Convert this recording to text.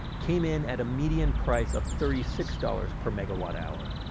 came in at a median price of thirty six dollars per megawatt hour,